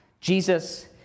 Jesus